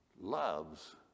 loves